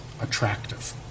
attractive